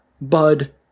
Bud